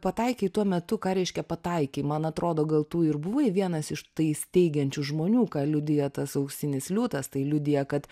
pataikei tuo metu ką reiškia pataikei man atrodo gal tu ir buvai vienas iš tai steigiančių žmonių ką liudija tas auksinis liūtas tai liudija kad